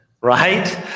Right